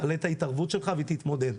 תעלה את ההתערבות שלך והיא תתמודד.